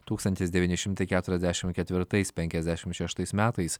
tūkstantis devyni šimtai keturiasdešim ketvirtais penkiasdešim šeštais metais